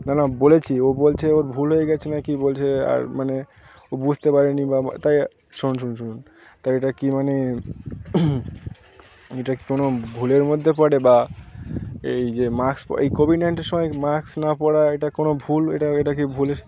না না বলেছি ও বলছে ওর ভুল হয়ে গেছে না কি বলছে আর মানে ও বুঝতে পারে নি বা তাই শুনুন শুনুন শুনুন তাই এটা কি মানে এটা কি কোনো ভুলের মধ্যে পড়ে বা এই যে মাক্স এই কোভিড নাইনটিনের সময় মাস্ক না পরা এটা কোনো ভুল এটা এটা কি ভুল